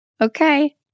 Okay